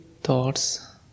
thoughts